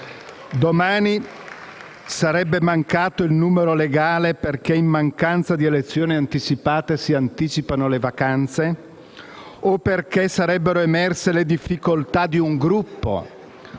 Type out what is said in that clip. Domani sarebbe mancato il numero legale, perché in mancanza di elezioni anticipate si anticipano le vacanze? O perché sarebbero emerse le difficoltà di un Gruppo